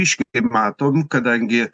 yškiai matom kadangi